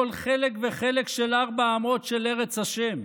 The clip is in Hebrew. כל חלק וחלק של ארבע אמות של ארץ ה'?